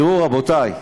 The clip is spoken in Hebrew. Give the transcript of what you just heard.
תראו, רבותי,